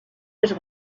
les